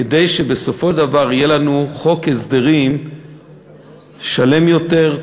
כדי שבסופו של דבר יהיה לנו חוק הסדרים שלם יותר,